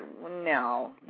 no